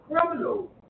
criminal